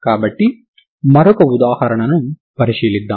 దీనిని మీరు ఎలా కనుగొంటారు